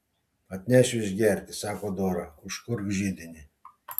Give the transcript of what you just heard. atnešiu išgerti sako dora užkurk židinį